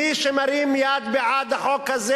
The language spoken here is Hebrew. מי שמרים יד בעד החוק הזה,